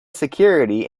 security